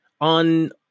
on